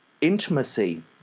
intimacy